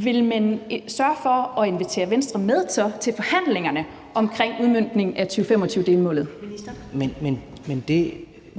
han så vil sørge for at invitere Venstre med til forhandlingerne omkring udmøntningen af 2025-delmålet. Kl.